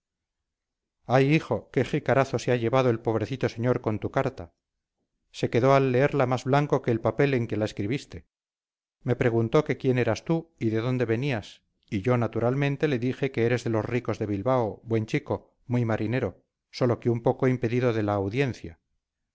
ay hijo qué jicarazo se ha llevado el pobrecito señor con tu carta se quedó al leerla más blanco que el papel en que la escribiste me preguntó que quién eras tú y de dónde venías y yo naturalmente le dije que eres de los ricos de bilbao buen chico muy marinero sólo que un poco impedido de la audiencia